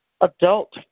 adult